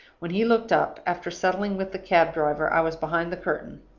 when he looked up, after settling with the cab driver, i was behind the curtain.